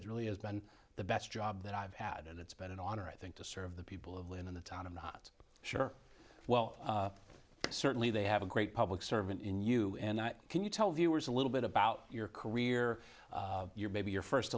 it really has been the best job that i've had and it's been an honor i think to serve the people of lynn in the town i'm not sure well certainly they have a great public servant in you and i can you tell viewers a little bit about your career your maybe your first